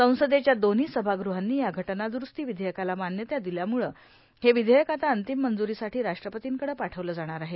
संसदेच्या दोव्ही सभागृहांनी या घटनाद्रूस्ती विधेयकाला मान्यता दिल्यामुळं हे विधेयक आता अंतिम मंजुरीसाठी राष्ट्रपतींकडं पाठवलं जाणार आहे